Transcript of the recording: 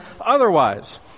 otherwise